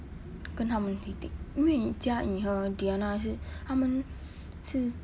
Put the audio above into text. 跟他们一起 take 因为 jia ying 和 diana 也是她们是